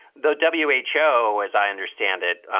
the w eight show, as i understand it,